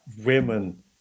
women